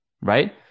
right